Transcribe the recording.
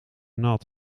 nat